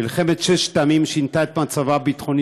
מלחמת ששת הימים שינתה את מצבה הביטחוני